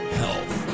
health